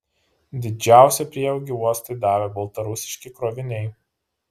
didžiausią prieaugį uostui davė baltarusiški kroviniai